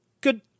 good